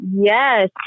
Yes